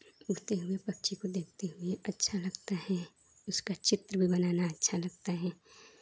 उड़ते हुए पक्षी को देखते हमें अच्छा लगता है उसका चित्र बनाना अच्छा लगता है